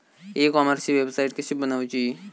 E कॉमर्सची website कशी बनवची?